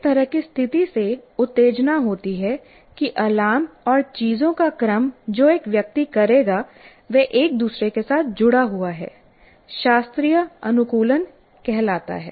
इस तरह की स्थिति से उत्तेजना होती है कि अलार्म और चीजों का क्रम जो एक व्यक्ति करेगा वह एक दूसरे के साथ जुड़ा हुआ है शास्त्रीय अनुकूलन कहलाता है